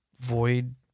void